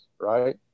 right